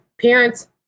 parents